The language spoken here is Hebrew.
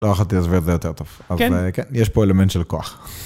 לא יכולתי להסביר את זה יותר טוב. כן? כן, יש פה אלמנט של כוח.